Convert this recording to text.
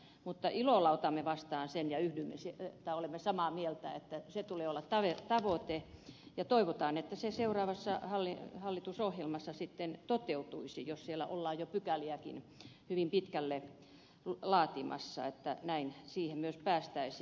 mutta ilolla otamme vastaan sen ja olemme samaa mieltä että sen tulee olla tavoite ja toivotaan että se seuraavassa hallitusohjelmassa sitten toteutuisi jos siellä ollaan jo pykäliäkin hyvin pitkälle laatimassa että näin siihen myös päästäisiin